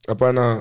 Apana